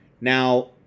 Now